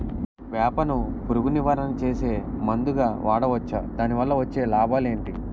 వేప ను పురుగు నివారణ చేసే మందుగా వాడవచ్చా? దాని వల్ల వచ్చే లాభాలు ఏంటి?